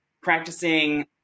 practicing